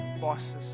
bosses